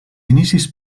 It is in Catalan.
inicis